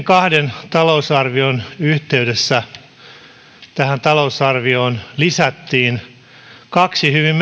kahden edellisen talousarvion yhteydessä talousarvioon lisättiin kaksi hyvin